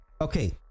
okay